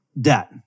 debt